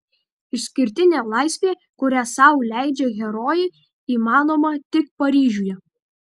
išskirtinė laisvė kurią sau leidžia herojai įmanoma tik paryžiuje